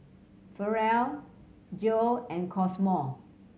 Farrell Geo and Cosmo